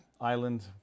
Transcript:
Island